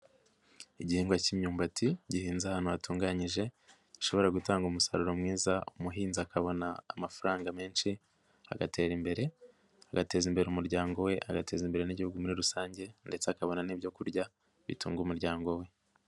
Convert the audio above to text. Igihingwa cy'imyumbati gihinze ahantu hatunganyije, gishobora gutanga umusaruro mwiza umuhinzi akabona amafaranga menshi agatera imbere, agateza imbere umuryango we, agateza imbere n'igihugu muri rusange ndetse akabona n'ibyorya bitunga umuryango we.